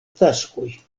taskoj